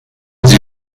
sie